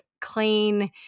clean